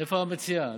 איפה המציעה?